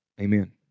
Amen